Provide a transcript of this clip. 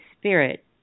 Spirit